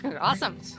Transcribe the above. awesome